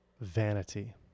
vanity